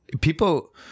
People